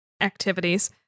activities